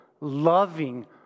loving